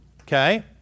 Okay